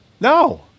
No